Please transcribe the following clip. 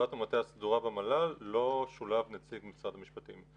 בעבודת המטה הסדורה במל"ל לא שולב נציג משרד המשפטים.